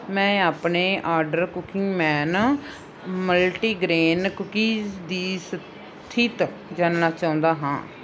ਮੈਂ ਆਪਣੇ order Cookieman multigrain cookies ਦੀ ਸਥਿਤੀ ਜਾਣਨਾ ਚਾਹੁੰਦਾ ਹਾਂ